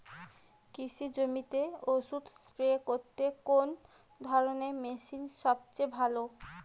কৃষি জমিতে ওষুধ স্প্রে করতে কোন ধরণের মেশিন সবচেয়ে ভালো?